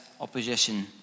opposition